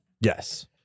Yes